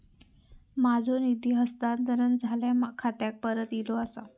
माझो निधी हस्तांतरण माझ्या खात्याक परत इले आसा